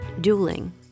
dueling